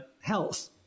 health